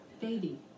baby